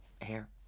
hair